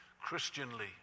Christianly